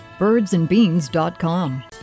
birdsandbeans.com